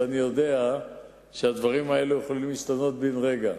ואני יודע שהדברים האלה יכולים להשתנות בן רגע,